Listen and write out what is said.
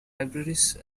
libraries